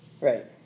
Right